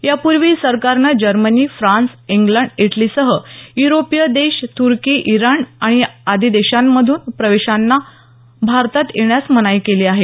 यापूर्वीही सरकारनं Germany France England इटलीसह अनेक युरोपीय देश तुर्की इराण आदी देशांमधून प्रवाशांना भारतात येण्यास मनाई केली आहे